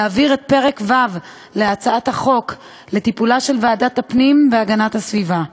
להעביר את פרק ו' להצעת החוק לטיפולה של ועדת הפנים והגנת הסביבה.